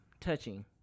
touching